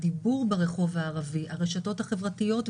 הדיבור ברחוב הערבי, הרשתות החברתיות בערבית,